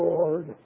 Lord